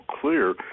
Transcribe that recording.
clear